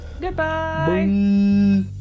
Goodbye